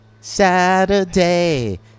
Saturday